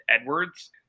Edwards